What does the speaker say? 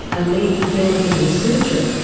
a leading gambling researcher,